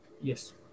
Yes